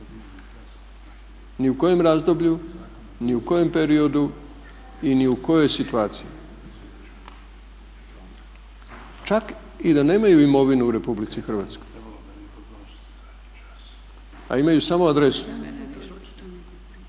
Ni u kojem razdoblju, ni u kojem periodu i ni u kojoj situaciji. Čak i da nemaju imovinu u RH, a imaju samo adresu.